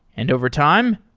and overtime,